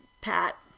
pat